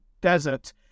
desert